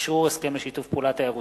אשרור הסכם בדבר שיתוף פעולה בתחומי